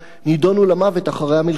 נידונו למוות אחרי המלחמה,